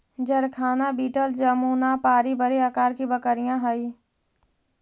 जरखाना बीटल जमुनापारी बड़े आकार की बकरियाँ हई